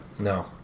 No